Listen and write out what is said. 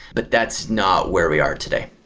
but that's not where we are today